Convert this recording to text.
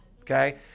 okay